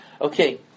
Okay